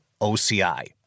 OCI